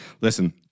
listen